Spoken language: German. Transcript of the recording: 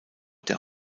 der